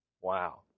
Wow